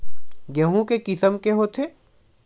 गेहूं के किसम के होथे?